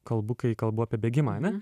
kalbu kai kalbu apie bėgimą ane